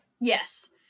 yes